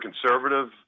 conservative